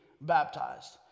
baptized